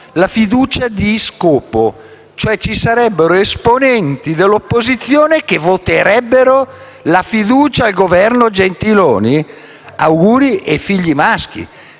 la fiducia di scopo. Ci sarebbero esponenti dell'opposizione che voterebbero la fiducia al Governo Gentiloni Silveri? Auguri e figli maschi!